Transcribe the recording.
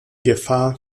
gefahr